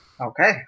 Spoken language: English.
Okay